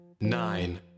nine